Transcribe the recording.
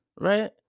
right